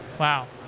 wow!